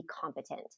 competent